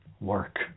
Work